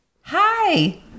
Hi